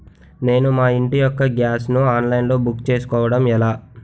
నేను మా ఇంటి యెక్క గ్యాస్ ను ఆన్లైన్ లో బుక్ చేసుకోవడం ఎలా?